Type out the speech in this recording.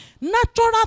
Natural